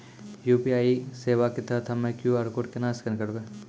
UPI सेवा के तहत हम्मय क्यू.आर कोड केना स्कैन करबै?